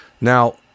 now